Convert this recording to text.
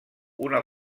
una